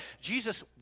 Jesus